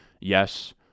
Yes